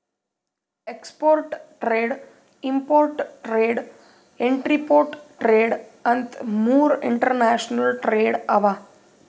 export trade, import trade, entrepot trade ಅಂತ್ ಮೂರ್ international trade ಅವಾ